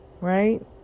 right